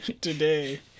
today